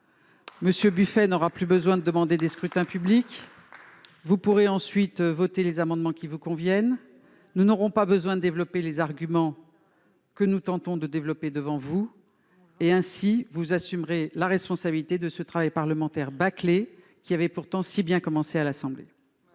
vous. M. Buffet n'aura plus besoin de demander des scrutins publics ; vous pourrez voter ou non les amendements qui vous conviennent et nous n'aurons plus besoin de développer les arguments que nous tentons de vous faire entendre. Vous assumerez ainsi la responsabilité de ce travail parlementaire bâclé qui avait pourtant si bien commencé à l'Assemblée